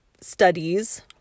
studies